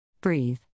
Breathe